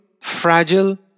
fragile